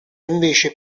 invece